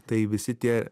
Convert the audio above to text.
tai visi tie